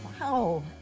Wow